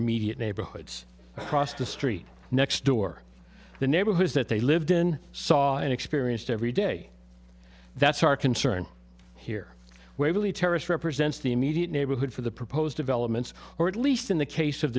immediate neighborhoods across the street next door the neighborhoods that they lived in saw and experienced every day that's our concern here where really terrorist represents the immediate neighborhood for the proposed developments or at least in the case of